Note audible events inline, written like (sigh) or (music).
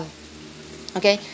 okay (breath)